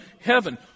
heaven